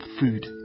food